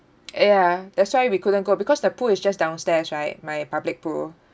ya that's why we couldn't go because the pool is just downstairs right my public pool